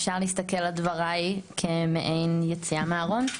אפשר להסתכל על דבריי כמעין יציאה מהארון.